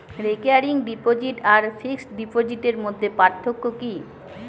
Recurring deposit আর fixed ডিপোজিটের মধ্যে পার্থক্য কি?